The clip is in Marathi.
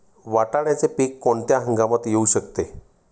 वाटाण्याचे पीक कोणत्या हंगामात येऊ शकते?